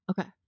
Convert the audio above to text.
Okay